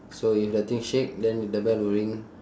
so if the thing shake then the bell will ring